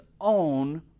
own